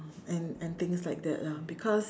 and and things like that lah because